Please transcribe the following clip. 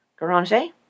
Garange